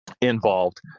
involved